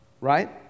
right